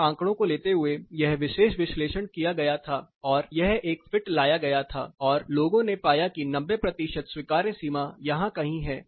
उन आंकड़ों को लेते हुए यह विशेष विश्लेषण किया गया था और यह एक फिट लाया गया है और लोगों ने पाया कि 90 प्रतिशत स्वीकार्य सीमा यहां कहीं है